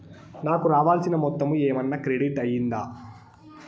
నాకు రావాల్సిన మొత్తము ఏమన్నా క్రెడిట్ అయ్యిందా